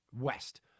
West